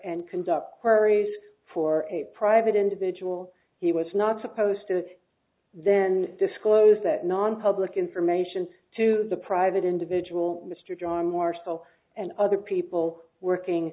and conduct parys for a private individual he was not supposed to then disclose that nonpublic information to the private individual mr john marshall and other people working